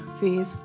face